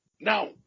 Now